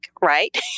right